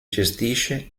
gestisce